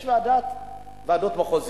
יש ועדות מחוזיות.